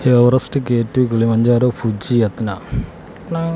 Everest K two Kilimanjaro Fuji Etna